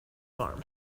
farm